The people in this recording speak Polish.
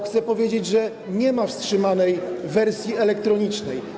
Chcę powiedzieć, że nie wstrzymano wersji elektronicznej.